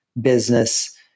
business